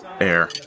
air